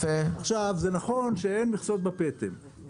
זה נכון שאין מכסות בפטם,